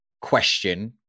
question